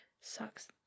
Sucks